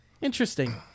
interesting